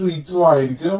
32 ആയിരിക്കും